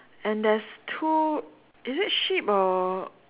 and there's two is it sheep or